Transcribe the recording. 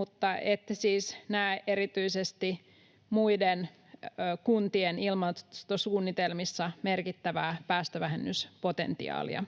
mutta ette siis näe erityisesti muiden kuntien ilmastosuunnitelmissa merkittävää päästövähennyspotentiaalia.